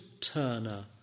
turner